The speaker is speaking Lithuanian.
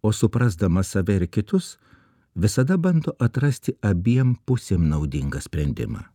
o suprasdamas save ir kitus visada bando atrasti abiem pusėm naudingą sprendimą